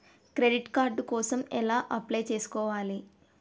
Credit card కోసం ఎలా apply చేసుకోవాలి?